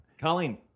colleen